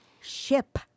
Ship